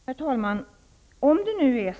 Herr talman!